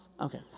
Okay